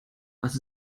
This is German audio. was